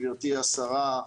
גברתי השרה,